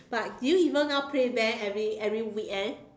but do you even now play band every every weekend